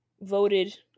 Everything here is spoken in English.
voted